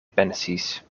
pensis